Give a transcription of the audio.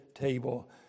table